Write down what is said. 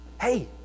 hey